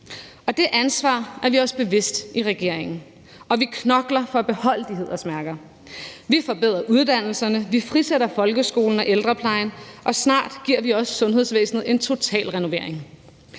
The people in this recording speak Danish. Det ansvar er vi os bevidst i regeringen, og vi knokler for at beholde de hædersmærker. Vi forbedrer uddannelserne, vi frisætter folkeskolen og ældreplejen, og snart giver vi også sundhedsvæsenet en total renovering.